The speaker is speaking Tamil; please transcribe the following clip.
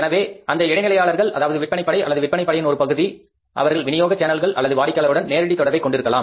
எனவே அந்த இடைநிலையாளர் அதாவது விற்பனை படை அல்லது விற்பனை படையின் ஒரு பகுதி அவர்கள் வினியோக சேனல்கள் அல்லது வாடிக்கையாளருடன் நேரடி தொடர்பு கொண்டிருக்கலாம்